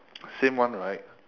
same one right